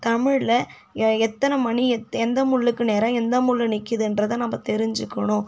தமிழில் எத்தனை மணி எந்த முள்ளுக்கு நேராக எந்த முள் நிற்குதுன்றத நம்ம தெரிஞ்சுக்கணும்